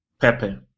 Pepe